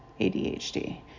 ADHD